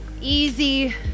easy